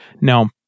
Now